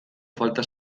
falta